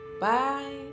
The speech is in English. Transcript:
bye